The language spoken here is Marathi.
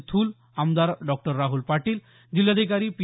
थूल आमदार डॉक्टर राहुल पाटील जिल्हाधिकारी पी